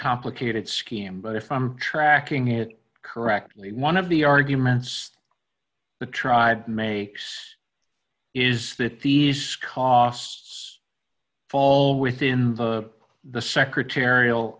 complicated scheme but if i'm tracking it correctly one of the arguments the tried may is that these costs fall within the secretarial